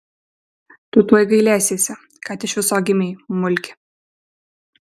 tu tuoj gailėsiesi kad iš viso gimei mulki